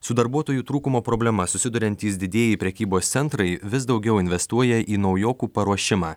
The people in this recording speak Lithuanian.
su darbuotojų trūkumo problema susiduriantys didieji prekybos centrai vis daugiau investuoja į naujokų paruošimą